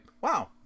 wow